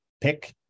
pick